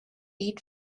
eat